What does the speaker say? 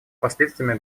последствиями